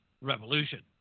revolution